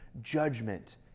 Judgment